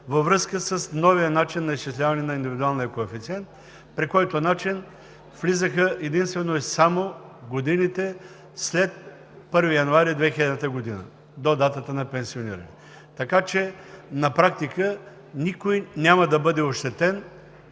във връзка с новия начин на изчисляване на индивидуалния коефициент, при който влизаха единствено и само годините след 1 януари 2000 г. до датата на пенсиониране. На практика никой няма да бъде ощетен